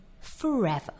Forever